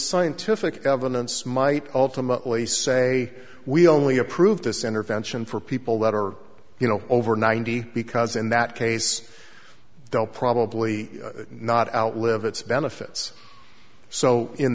scientific evidence might ultimately say we only approved this intervention for people that are you know over ninety because in that case they'll probably not outlive its benefits so in